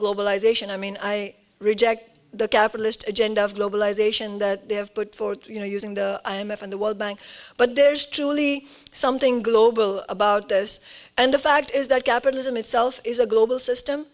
globalization i mean i reject the capitalist agenda of globalization that they have put forward you know using the i m f and the world bank but there is truly something global about this and the fact is that capitalism itself is a global system